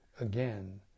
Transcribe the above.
again